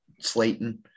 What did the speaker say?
Slayton